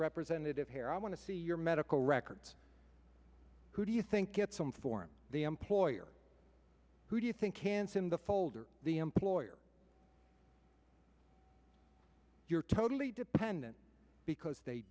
representative here i want to see your medical records who do you think get some form the employer who do you think can sim the folder the employer you're totally dependent because they